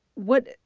what